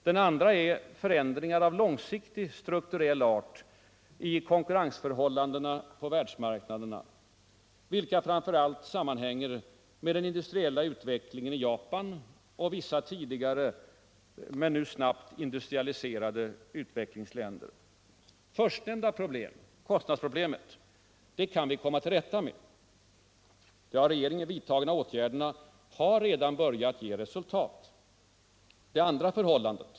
Den andra är förändringar av långsiktig strukturell art i konkurrensförhållandena på världsmarknaden, vilka framför allt sammanhänger med den industriella utvecklingen i Japan och i vissa nu snabbt industrialiserade utvecklingsländer. Förstnämnda problem, kostnadsproblemet, kan vi komma till rätta med. De av regeringen vidtagna åtgärderna har redan börjat ge resultat. Det andra förhållandet.